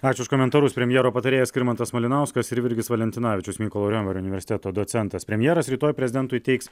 ačiū už komentarus premjero patarėjas skirmantas malinauskas ir virgis valentinavičius mykolo romerio universiteto docentas premjeras rytoj prezidentui teiks